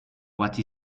what